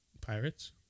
Pirates